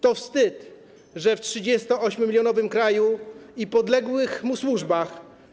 To wstyd, że w 38-milionowym kraju i podległych mu służbach.